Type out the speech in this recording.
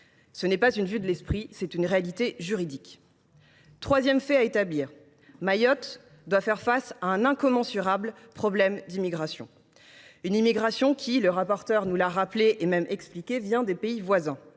ne s’agit pas d’une vue de l’esprit, mais d’une réalité juridique. Troisième fait à établir : Mayotte doit faire face à un incommensurable problème d’immigration. Cette immigration, comme le rapporteur nous l’a expliqué, vient des pays voisins,